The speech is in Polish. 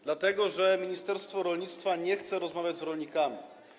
Dlatego że ministerstwo rolnictwa nie chce rozmawiać z rolnikami.